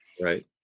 right